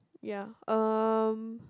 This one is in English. ya um